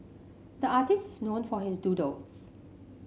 the artist is known for his doodles